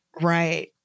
Right